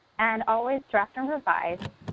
and always draft and revise,